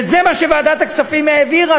וזה מה שוועדת הכספים העבירה,